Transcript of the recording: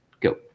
Go